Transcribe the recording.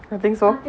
I think so